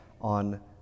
on